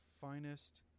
finest